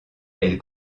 elle